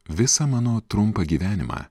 visą mano trumpą gyvenimą